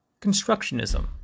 Constructionism